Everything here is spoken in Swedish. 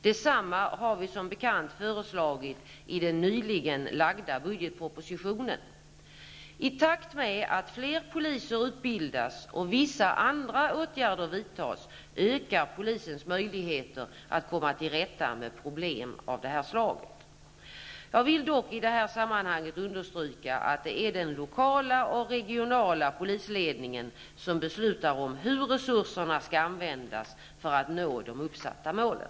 Detsamma har vi som bekant föreslagit i den nyligen lagda budgetpropositionen. I takt med att fler poliser utbildas och vissa andra åtgärder vidtas, ökar polisens möjligheter att komma till rätta med problem av detta slag. Jag vill dock i det här sammanhanget understryka att det är den lokala och regionala polisledningen som beslutar om hur resurserna skall användas för att man skall nå de uppsatta målen.